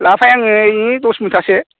लाफाया आङो ओरैनो दस मुथासो